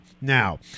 Now